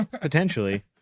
potentially